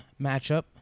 matchup